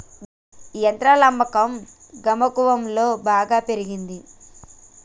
గీ యంత్రాల అమ్మకం గమగువలంతో బాగా పెరిగినంది